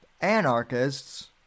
anarchists